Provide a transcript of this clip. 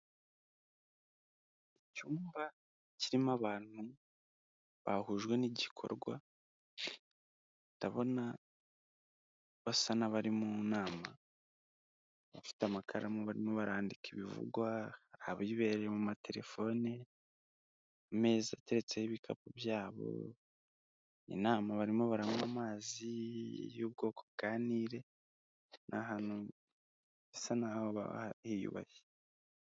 Icyumba kirimo abantu bahujwe n'igikorwa, ndabona basa n'abari mu nama, bafite amakaramu barimo barandika ibivugwa, abibereye mu matelefone, imeza iteretseho ibikapu byabo, inama barimo baranywa amazi y'ubwoko bwa Nile, ni ahantu bisa naho haba hiyubashye.